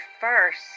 first